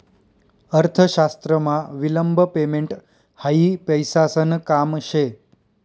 अर्थशास्त्रमा विलंब पेमेंट हायी पैसासन काम शे